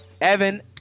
Evan